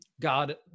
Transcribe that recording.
god